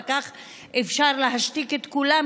וכך אפשר להשתיק את כולם,